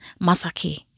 Masaki